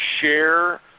share